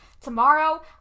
tomorrow